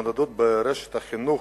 ברשת החינוך